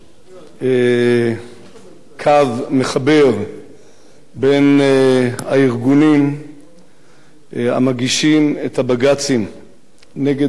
קו מחבר בין הארגונים המגישים את הבג"צים נגד היישובים ביהודה ושומרון